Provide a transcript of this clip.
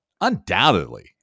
undoubtedly